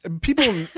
people